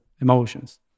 emotions